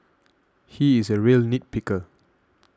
he is a real nit picker